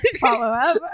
Follow-up